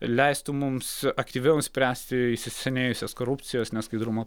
leistų mums aktyviau spręsti įsisenėjusias korupcijos neskaidrumo